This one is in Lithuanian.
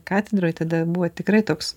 katedroj tada buvo tikrai toks